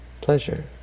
pleasure